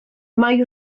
mae